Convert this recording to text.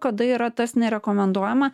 kada yra tas nerekomenduojama